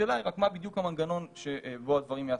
השאלה היא רק מה בדיוק המנגנון שבו הדברים ייעשו,